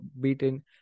beaten